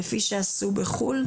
כפי שעשו בחו"ל.